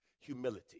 Humility